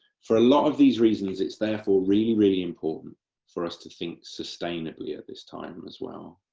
for a lot of these reasons, it's therefore really, really important for us to think sustainably at this time as well.